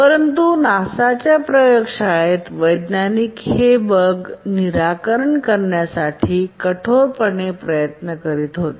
परंतु नासाच्या प्रयोग शाळेत वैज्ञानिक हे बग निराकरण करण्यासाठी कठोरपणे प्रयत्न करीत होते